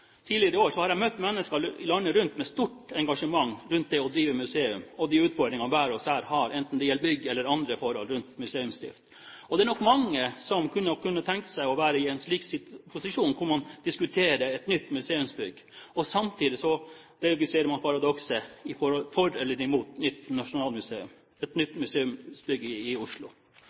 år, har jeg møtt mennesker landet rundt med et stort engasjement rundt det å drive museum og de utfordringene hver især har, enten det gjelder bygg eller andre forhold rundt museumsdrift. Det er nok mange som kunne tenke seg å være i en slik posisjon at man diskuterer et nytt museumsbygg, og samtidig registrerer man paradokset for eller imot et nytt museumsbygg i Oslo. Jeg tar dette med inn i